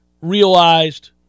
realized